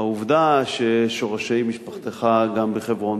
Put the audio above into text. העובדה ששורשי משפחתך גם בחברון.